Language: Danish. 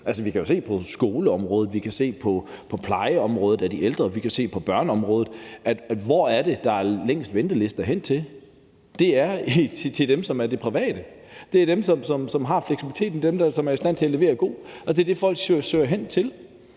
Altså, vi kan jo se på skoleområdet, vi kan se på plejeområdet i forhold til de ældre, og vi kan se på børneområdet – og hvor er det, der er længst ventelister? Det er i det private. Det er dem, som har fleksibiliteten og er i stand til at levere god service, og det er det, folk søger hen til.